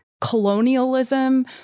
Colonialism